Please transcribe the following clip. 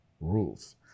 rules